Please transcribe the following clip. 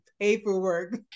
paperwork